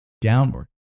Downward